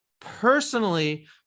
personally